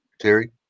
Terry